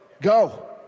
Go